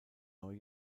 neu